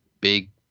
Big